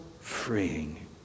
freeing